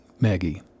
Maggie